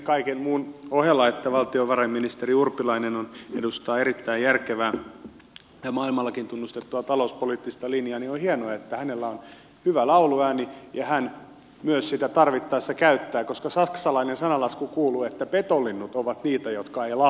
kaiken muun ohella että valtiovarainministeri urpilainen edustaa erittäin järkevää ja maailmallakin tunnustettua talouspoliittista linjaa on hienoa että hänellä on hyvä lauluääni ja hän myös sitä tarvittaessa käyttää koska saksalainen sananlasku kuuluu että petolinnut ovat niitä jotka eivät laula